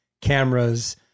cameras